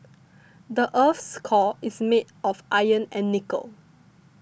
the earth's core is made of iron and nickel